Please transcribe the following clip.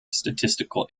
statistical